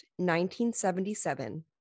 1977